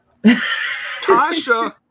Tasha